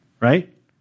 right